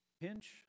pinch